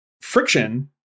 friction